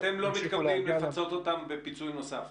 אתם לא מתכוונים לפצות אותם בפיצוי נוסף.